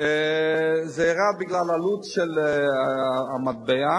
ואז אומרים לי אחר כך, שלתת 1% זבולון,